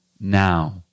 now